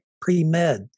pre-med